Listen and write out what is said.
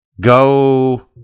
Go